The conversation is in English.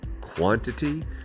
quantity